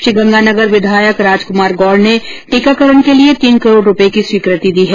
श्रीगंगानगर विधायक राजकुमार गौड़ ने टीकांकरण के लिए तीन करोड रुपये की स्वीकृति दी है